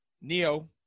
Neo